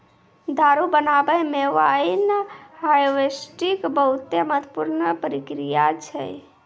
दारु बनाबै मे वाइन हार्वेस्टिंग बहुते महत्वपूर्ण प्रक्रिया छै